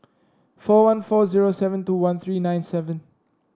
four one four zero seven two one three nine seven